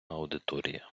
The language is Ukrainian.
аудиторія